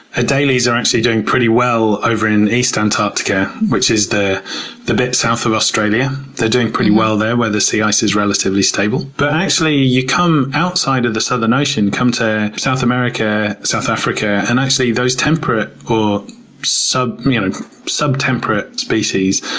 adelies are actually doing pretty well over in east antarctica, which is the the bit south of australia. they're doing pretty well there, where the sea ice is relatively stable. but, actually, you come outside of the southern ocean, come to south america, south africa and actually, those temperate or so and ah subtemperate species,